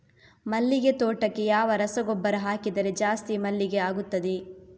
ಮಲ್ಲಿಗೆ ತೋಟಕ್ಕೆ ಯಾವ ರಸಗೊಬ್ಬರ ಹಾಕಿದರೆ ಜಾಸ್ತಿ ಮಲ್ಲಿಗೆ ಆಗುತ್ತದೆ?